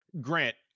Grant